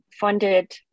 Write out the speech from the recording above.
funded